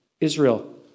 Israel